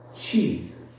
Jesus